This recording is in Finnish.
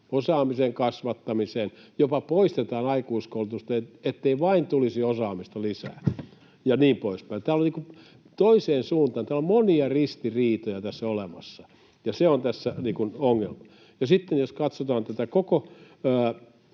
osaamisen kasvattamiseen, jopa poistetaan aikuiskoulutusta, ettei vain tulisi osaamista lisää, ja niin poispäin. Täällä on niin kuin toiseen suuntaan, täällä on monia ristiriitoja tässä olemassa, ja se on tässä ongelma. Sitten jos katsotaan tätä koko